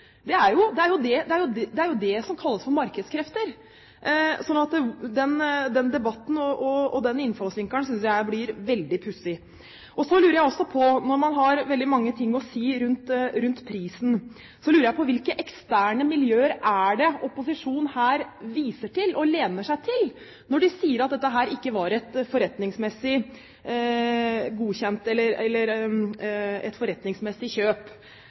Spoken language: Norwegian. Det er jo det som kalles for markedskrefter. Så den debatten, og den innfallsvinkelen, synes jeg blir veldig pussig. Når man har veldig mange ting å si rundt prisen, så lurer jeg på hvilke eksterne miljøer opposisjonen her viser til, lener seg til, når de sier at dette ikke var et forretningsmessig